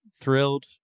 thrilled